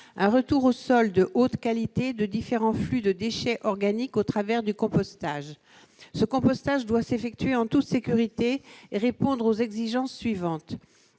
un retour aux sols de haute qualité de différents flux de déchets organiques au travers du compostage. Ce compostage doit s'effectuer en toute sécurité et répondre aux exigences suivantes